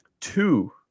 two